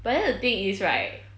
but then the thing is right